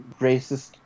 racist